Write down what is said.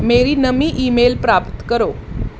ਮੇਰੀ ਨਵੀਂ ਈਮੇਲ ਪ੍ਰਾਪਤ ਕਰੋ